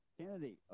kennedy